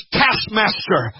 taskmaster